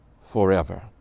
forever